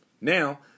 Now